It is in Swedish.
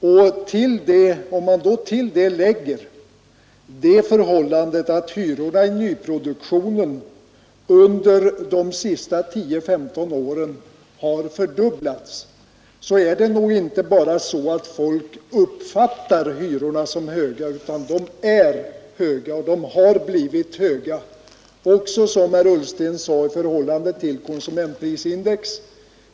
Och om man då till detta lägger att hyrorna i nyproduktionen under de ördubblats, så är det nog inte bara så att folk senaste 10—15 åren har uppfattar hyrorna som höga, utan de är höga och de har blivit höga, också — som herr Ullsten sade — i förhållande till konsumentprisindex.